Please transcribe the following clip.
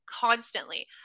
Constantly